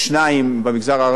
פחות או יותר לגבי האחוזים.